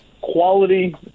Quality